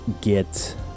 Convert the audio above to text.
get